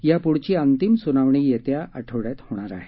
या पुढची अंतिम सुनावणी येत्या आठवड्यात होईल